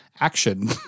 action